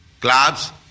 Clubs